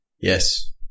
Yes